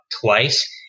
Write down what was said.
twice